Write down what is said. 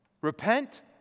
Repent